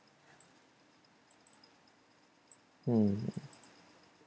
mm